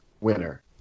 winner